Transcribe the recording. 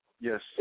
Yes